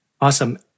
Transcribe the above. Awesome